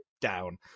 down